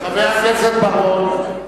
חבר הכנסת בר-און.